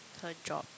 her job